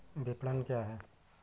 विपणन क्या है?